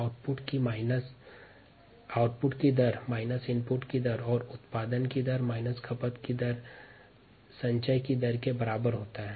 rate of input को rate of output से घटायें और रेट ऑफ़ कंसम्पशन को रेट ऑफ़ जनरेशन से घटायें तो वह रेट ऑफ़ एक्युमुलेसन के बराबर होता है